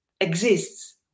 exists